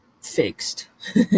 fixed